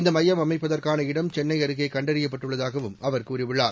இந்த மையம் அமைப்பதற்கான இடம் சென்னை அருகே கண்டறியப்பட்டுள்ளதாகவும் அவர் கூறியுள்ளார்